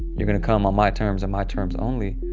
you're going to come on my terms and my terms only.